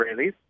Israelis